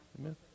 Amen